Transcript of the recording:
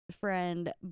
friend